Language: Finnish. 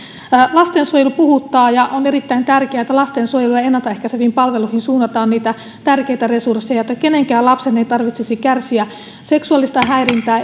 lastensuojelu puhuttaa ja on erittäin tärkeää että lastensuojeluun ja ennaltaehkäiseviin palveluihin suunnataan niitä tärkeitä resursseja jotta kenenkään lapsen ei tarvitsisi kärsiä seksuaalisesta häirinnästä